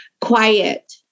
quiet